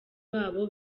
wabo